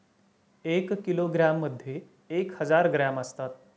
एक किलोग्रॅममध्ये एक हजार ग्रॅम असतात